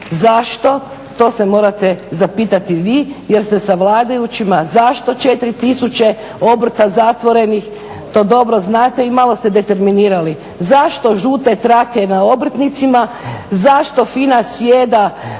Zašto? To se morate zapitati vi jer ste sa vladajućima zašto 4 tisuće obrta zatvorenih, to dobro znate i malo ste determinirali. Zašto žute trake na obrtnicima, zašto FINA sjeda